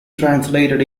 translated